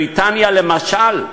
בריטניה, למשל,